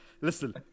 Listen